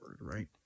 right